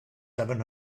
seven